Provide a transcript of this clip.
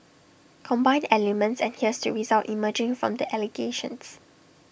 combine the elements and here's the result emerging from the allegations